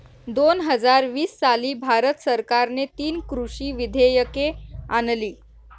दोन हजार वीस साली भारत सरकारने तीन कृषी विधेयके आणली